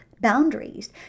boundaries